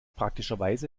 praktischerweise